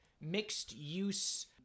mixed-use